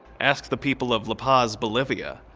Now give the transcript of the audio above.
ask the people of la paz, bolivia.